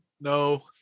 No